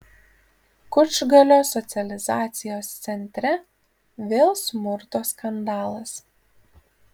kučgalio socializacijos centre vėl smurto skandalas